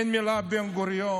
אין מילה על בן-גוריון.